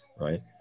right